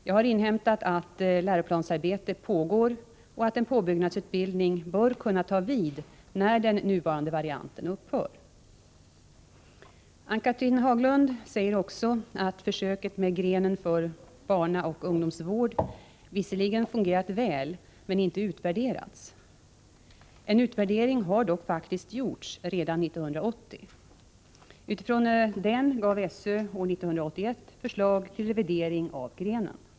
Jag har inhämtat att läroplansarbete pågår och att en påbyggnadsutbildning bör kunna ta vid, när den nuvarande varianten upphör. Ann-Cathrine Haglund säger också att försöket med grenen för barnaoch ungdomsvård visserligen fungerat väl, men inte utvärderats. En utvärdering har dock faktiskt gjorts redan 1980. Utifrån den gav SÖ år 1981 förslag till revidering av grenen.